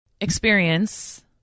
Experience